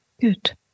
Good